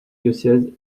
diocèses